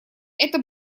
это